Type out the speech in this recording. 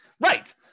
Right